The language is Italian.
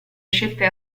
scelte